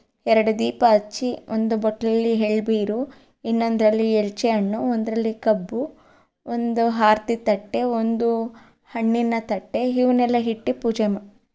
ಎರಡು ದೀಪ ಹಚ್ಚಿ ಒಂದು ಬಟ್ಟಲಲ್ಲಿ ಎಳ್ಳು ಬೀರಿ ಇನ್ನೊಂದರಲ್ಲಿ ಎಲ್ಚಿ ಹಣ್ಣು ಒಂದರಲ್ಲಿ ಕಬ್ಬು ಒಂದು ಆರತಿ ತಟ್ಟೆ ಒಂದು ಹಣ್ಣಿನ ತಟ್ಟೆ ಇವನ್ನೆಲ್ಲ ಇಟ್ಟು ಪೂಜೆ ಮ್